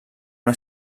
una